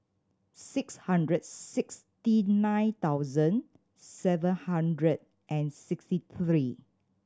six hundred sixty nine thousand seven hundred and sixty three